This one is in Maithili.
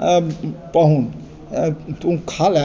पाहुन तू खाय लए